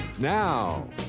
Now